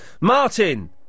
Martin